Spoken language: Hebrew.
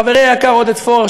חברי היקר עודד פורר,